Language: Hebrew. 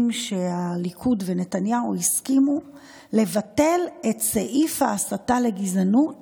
שהליכוד ונתניהו הסכימו לבטל את סעיף ההסתה לגזענות